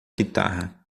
guitarra